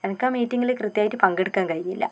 എനക്ക് ആ മീറ്റിംഗിൽ കൃത്യമായിട്ട് പങ്കെടുക്കാൻ കഴിഞ്ഞില്ല